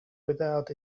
without